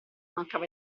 mancava